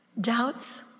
doubts